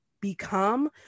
become